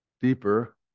deeper